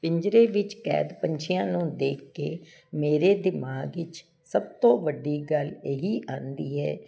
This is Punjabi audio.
ਪਿੰਜਰੇ ਵਿੱਚ ਕੈਦ ਪੰਛੀਆਂ ਨੂੰ ਦੇਖ ਕੇ ਮੇਰੇ ਦਿਮਾਗ ਵਿੱਚ ਸਭ ਤੋਂ ਵੱਡੀ ਗੱਲ ਇਹੀ ਆਉਂਦੀ ਹੈ